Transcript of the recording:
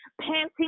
panting